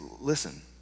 listen